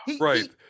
Right